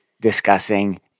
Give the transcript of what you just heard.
discussing